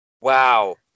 Wow